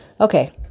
Okay